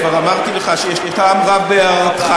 כבר אמרתי לך שיש טעם רב בהערתך,